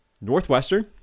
Northwestern